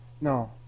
no